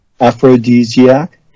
Aphrodisiac